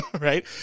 Right